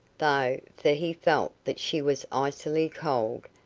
though, for he felt that she was icily cold,